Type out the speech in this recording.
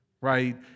right